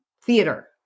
theater